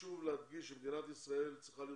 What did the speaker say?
חשוב להדגיש שמדינת ישראל צריכה להיות